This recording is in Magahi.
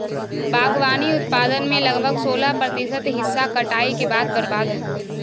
बागवानी उत्पादन में लगभग सोलाह प्रतिशत हिस्सा कटाई के बाद बर्बाद होबो हइ